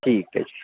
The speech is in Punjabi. ਠੀਕ ਹੈ ਜੀ